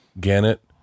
Gannett